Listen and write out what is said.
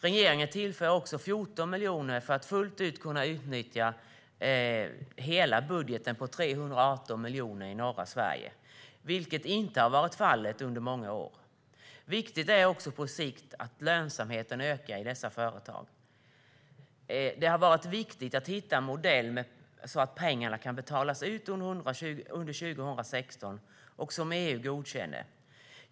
Regeringen tillför också 14 miljoner för att fullt ut kunna utnyttja hela budgeten på 318 miljoner i norra Sverige, vilket inte har varit fallet under många år. Viktigt är också att lönsamheten ökar på sikt i dessa företag. Det har varit viktigt att hitta en modell som gör att pengarna kan betalas ut under 2016 och som EU godkänner.